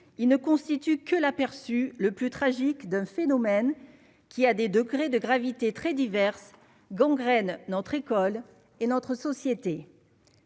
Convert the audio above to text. ils ne constituent que l'aperçu le plus tragique d'un phénomène qui a des degrés de gravité très diverses gangrène notre école et notre société,